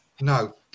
no